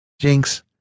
Jinx